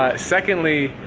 ah secondly,